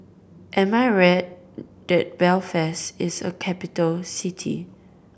am I right that Belfast is a capital city